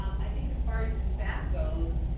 um i think as far as your staff goes,